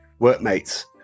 Workmates